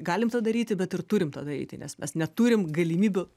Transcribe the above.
galim tą daryti bet ir turim tą daryti nes mes neturim galimybių